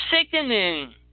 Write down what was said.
sickening